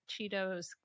Cheetos